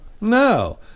no